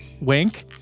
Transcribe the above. wink